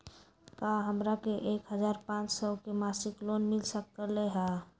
का हमरा के एक हजार पाँच सौ के मासिक लोन मिल सकलई ह?